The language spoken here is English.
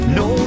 no